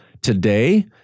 today